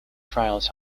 trials